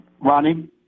Ronnie